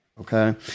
okay